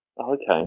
Okay